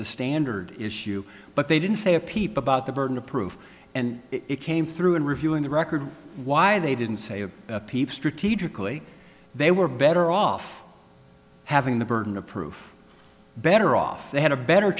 the standard issue but they didn't say a peep about the burden of proof and it came through in reviewing the record why they didn't say a peep strategically they were better off having the burden of proof better off they had a better